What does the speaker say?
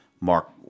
Mark